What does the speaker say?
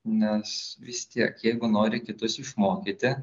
nes vis tiek jeigu nori kitus išmokyti